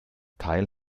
teil